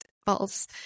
false